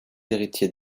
héritier